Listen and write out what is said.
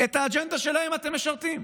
את האג'נדה שלהם אתם משרתים,